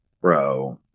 Bro